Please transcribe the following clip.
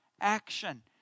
action